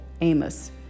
Amos